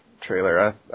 trailer